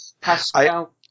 Pascal